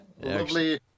Lovely